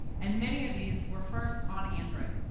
and many of these were first on android.